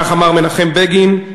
כך אמר מנחם בגין.